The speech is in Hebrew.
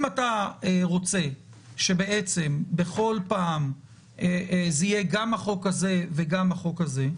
אם אתה רוצה שבעצם בכל פעם זה יהיה גם החוק הזה וגם החוק הזה,